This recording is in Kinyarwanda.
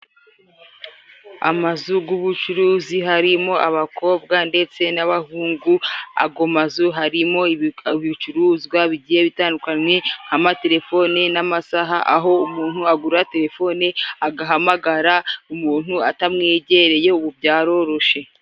Amazu g'ubucuruzi harimo abakobwa ndetse n'abahungu， ago mazu harimo ibicuruzwa bigiye bitandukanye， nk’amaterefoni n'amasaha，aho umuntu agura terefone， agahamagara umuntu atamwegereye， ubu byaroroshe.